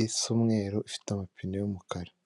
isa umweru ifite amapine y'umukara.